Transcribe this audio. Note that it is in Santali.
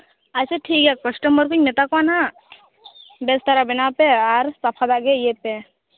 ᱟᱪᱪᱷᱟ ᱴᱷᱤᱠᱜᱮᱭᱟ ᱠᱟᱥᱴᱚᱢᱟᱨ ᱵᱤᱱ ᱢᱮᱛᱟ ᱠᱚᱣᱟ ᱦᱟᱸᱜ ᱵᱮᱥ ᱫᱷᱟᱨᱟ ᱵᱮᱱᱟᱣ ᱯᱮ ᱟᱨ ᱜᱮ ᱤᱭᱟᱹᱭ ᱯᱮ